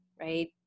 right